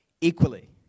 equally